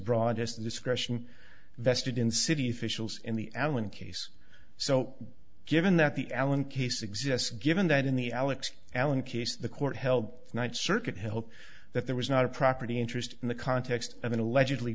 broad as the discretion vested in city officials in the allen case so given that the allen case exists given that in the alex allen case the court held night circuit help that there was not a property interest in the context of an allegedly